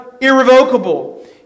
irrevocable